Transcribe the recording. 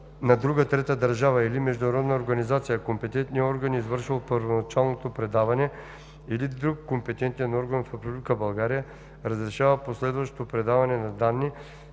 на друга трета държава или международна организация компетентният орган, извършил първоначалното предаване, или друг компетентен орган в Република България разрешава последващото предаване на данни,